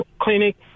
clinic